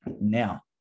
Now